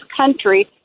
country